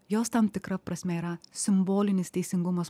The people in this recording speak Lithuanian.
jos tam tikra prasme yra simbolinis teisingumas